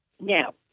Now